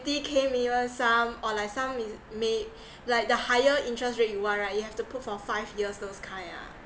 twenty K minimum sum or like some is may like the higher interest rate you want right you have to put for five years those kind ah